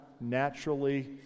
naturally